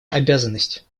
обязанность